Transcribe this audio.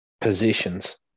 positions